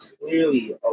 clearly